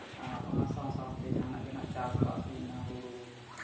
ᱟᱨ ᱚᱱᱟ ᱥᱟᱶ ᱥᱟᱶᱛᱮ ᱡᱟᱦᱟᱱᱟᱜ ᱜᱮᱦᱟᱸᱜ ᱪᱟᱥᱵᱟᱥ ᱦᱩᱭᱱᱟ ᱦᱳᱲᱳ